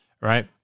Right